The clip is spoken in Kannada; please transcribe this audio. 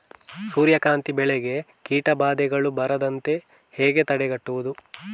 ಸೂರ್ಯಕಾಂತಿ ಬೆಳೆಗೆ ಕೀಟಬಾಧೆಗಳು ಬಾರದಂತೆ ಹೇಗೆ ತಡೆಗಟ್ಟುವುದು?